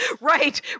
Right